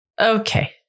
Okay